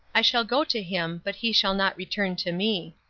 i shall go to him, but he shall not return to me.